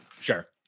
sure